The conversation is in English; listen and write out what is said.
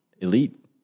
Elite